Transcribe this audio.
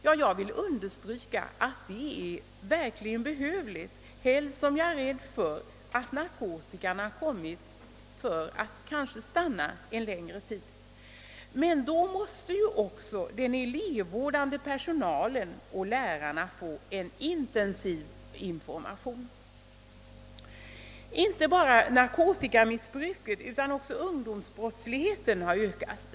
Ja, jag vill understryka att det verkligen är behövligt, helst som jag befarar att narkotika har kommit för att stanna kanske en längre tid. Men då måste också den elevvårdande personalen och lärarna få en intensiv information. Inte bara narkotikamissbruket utan även ungdomsbrottsligheten har ökat.